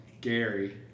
Gary